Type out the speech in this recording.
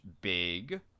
big